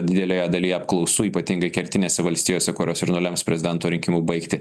didelėje dalyje apklausų ypatingai kertinėse valstijose kurios ir nulems prezidento rinkimų baigtį